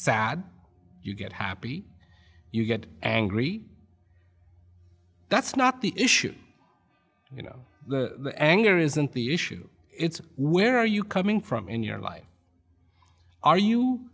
sad you get happy you get angry that's not the issue you know anger isn't the issue it's where are you coming from in your life are you